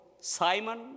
Simon